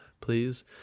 please